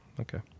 Okay